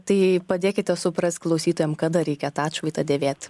tai padėkite suprast klausytojam kada reikia tą atšvaitą dėvėt